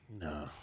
No